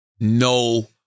No